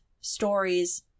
stories